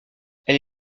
elle